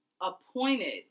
appointed